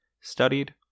studied